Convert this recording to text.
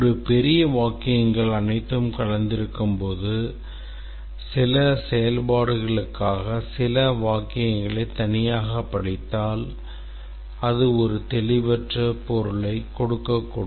ஒரு பெரிய வாக்கியங்கள் அனைத்தும் கலந்திருக்கும்போது சில செயல்பாடுகளுக்காக சில வாக்கியங்களைப் தனியாக படித்தால் அது ஒரு தெளிவற்ற பொருளைக் கொடுக்கக்கூடும்